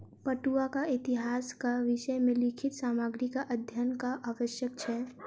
पटुआक इतिहासक विषय मे लिखित सामग्रीक अध्ययनक आवश्यक छै